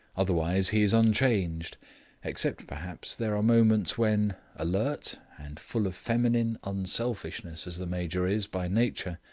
otherwise he is unchanged except, perhaps, there are moments when, alert and full of feminine unselfishness as the major is by nature,